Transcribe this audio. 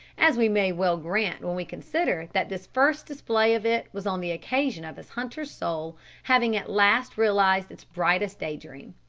as we may well grant when we consider that this first display of it was on the occasion of his hunter's soul having at last realised its brightest day-dream.